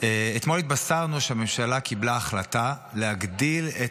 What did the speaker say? אתמול התבשרנו שהממשלה קיבלה החלטה להגדיל את